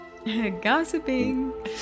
Gossiping